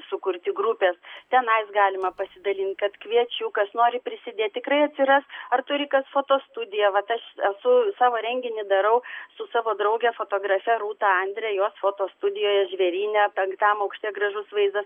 sukurti grupės tenais galima pasidalint kad kviečiu kas nori prisidėt tikrai atsiras ar turi kas foto studiją vat aš esu savo renginį darau su savo drauge fotografe rūta andre jos foto studijoje žvėryne penktam aukšte gražus vaizdas